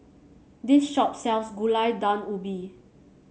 this shop sells Gulai Daun Ubi